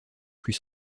plus